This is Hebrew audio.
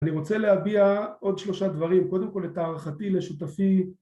אני רוצה להביע עוד שלושה דברים, קודם כל את הערכתי לשותפי